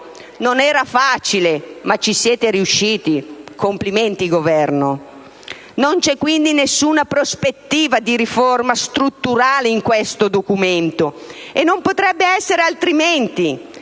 Non era facile, ma ci siete riusciti! Complimenti, Governo! Non c'è quindi alcuna prospettiva di riforma strutturale in questo documento. E non potrebbe essere altrimenti,